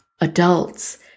adults